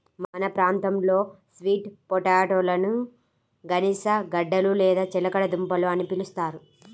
మన ప్రాంతంలో స్వీట్ పొటాటోలని గనిసగడ్డలు లేదా చిలకడ దుంపలు అని పిలుస్తారు